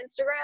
Instagram